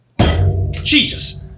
Jesus